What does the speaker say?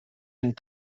and